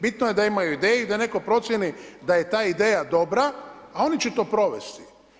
Bitno je da imaju ideju i da netko procijeni da je ta ideja dobra, a oni će to provesti.